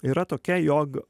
yra tokia jog